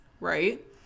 right